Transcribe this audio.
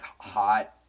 hot